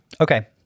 okay